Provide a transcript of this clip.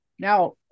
Now